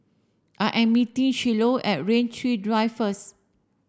I am meeting Shiloh at Rain Tree Drive first